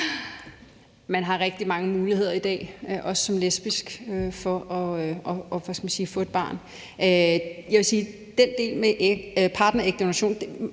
Man har rigtig mange muligheder i dag, også som lesbisk, for at få et barn. Jeg vil sige om den del med partnerægdonation: